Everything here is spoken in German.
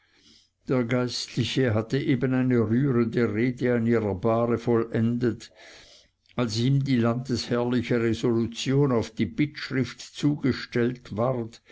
der geistliche hatte eben eine rührende rede an ihrer bahre vollendet als ihm die landesherrliche resolution auf die bittschrift zugestellt ward